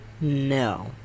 No